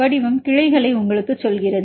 வடிவம் கிளைகளை உங்களுக்கு சொல்கிறது